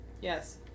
Yes